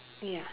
ya